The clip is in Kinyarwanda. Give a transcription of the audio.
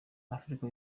africa